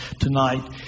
tonight